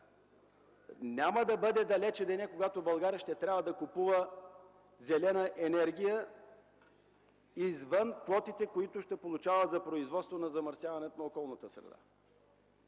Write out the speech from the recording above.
Няма да бъде далеч денят, когато България ще трябва да купува зелена енергия извън квотите, които ще получава за производство, което замърсява околната среда.